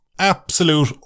absolute